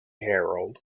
herald